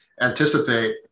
anticipate